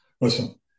listen